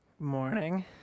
Morning